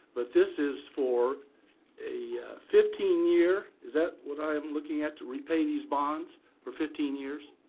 but this is for a fifteen year is that what i'm looking at to repay these bonds for fifteen years?